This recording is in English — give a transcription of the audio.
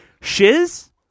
Shiz